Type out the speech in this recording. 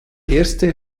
erste